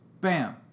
Bam